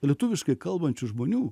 lietuviškai kalbančių žmonių